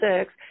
six